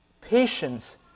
patience